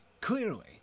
clearly